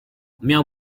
miał